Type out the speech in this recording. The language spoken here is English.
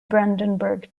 brandenburg